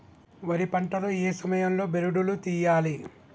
వరి పంట లో ఏ సమయం లో బెరడు లు తియ్యాలి?